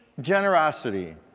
generosity